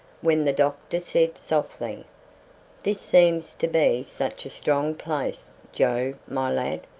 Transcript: when the doctor said softly this seems to be such a strong place, joe, my lad,